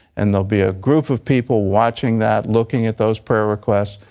and there will be a group of people watching that, looking at those prayer requests,